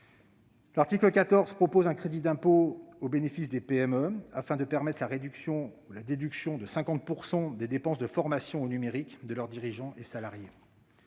L'article 14 propose un crédit d'impôt au bénéfice des PME afin de permettre la déduction de 50 % des dépenses de formation au numérique de leurs dirigeants et salariés.